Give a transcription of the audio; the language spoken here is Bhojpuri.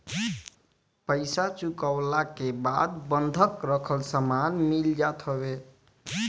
पईसा चुकवला के बाद बंधक रखल सामान मिल जात हवे